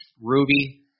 ruby